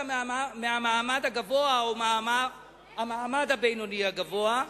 מהמעמד הגבוה או מהמעמד הבינוני הגבוה,